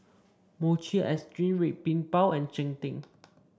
Mochi Ice Cream Red Bean Bao and Cheng Tng